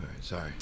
sorry